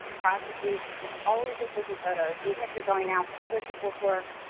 processes, just always be taking photos, even if you're going out for other people's work.